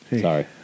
Sorry